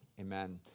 Amen